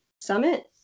Summit